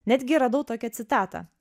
netgi radau tokią citatą